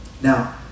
Now